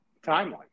timeline